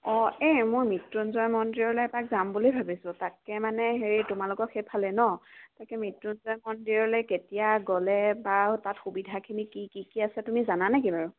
অঁ এই মোৰ মৃত্যুঞ্জয় মন্দিৰলৈ এপাক যাম বুলি ভাবিছোঁ তাকে মানে হেৰি তোমালোকৰ সেইফালেই ন তাকে মৃত্যুঞ্জয় মন্দিৰলে কেতিয়া গ'লে বাৰু তাত সুবিধাখিনি কি কি আছে তুমি জানা নেকি বাৰু